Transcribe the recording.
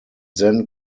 then